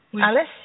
Alice